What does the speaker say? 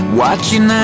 watching